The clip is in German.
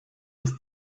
des